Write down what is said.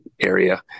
area